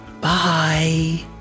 bye